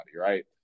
right